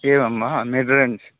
एवं वा मिर्वेरेन्स्